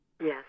Yes